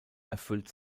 erfüllt